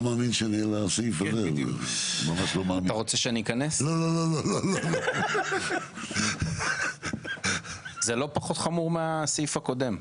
זה לא פחות חמור מהסעיף הקודם.